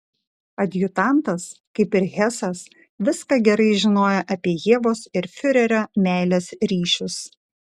adjutantas kaip ir hesas viską gerai žinojo apie ievos ir fiurerio meilės ryšius